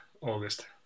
August